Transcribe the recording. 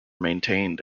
maintained